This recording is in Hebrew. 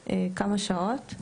שעות.